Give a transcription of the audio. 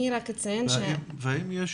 האם יש